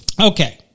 Okay